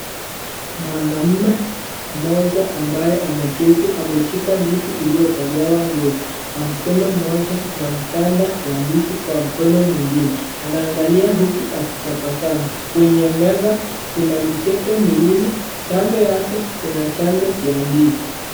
Mwanaume mmoja ambaye ameketi ameshika ndizi iliyotolewa ngozi kwa mkono mmoja na mkanda wa ndizi kwa mkono mwingine. Anaangalia huku akitabasamu. Kwenye meza kuna mikebe miwili. Kando yake kuna chale ya ndizi.